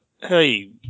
hey